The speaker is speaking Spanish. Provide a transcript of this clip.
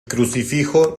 crucifijo